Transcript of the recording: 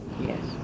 yes